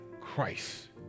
Christ